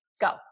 go